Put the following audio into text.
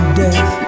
death